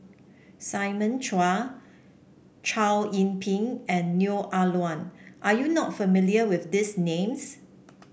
Simon Chua Chow Yian Ping and Neo Ah Luan are you not familiar with these names